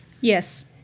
Yes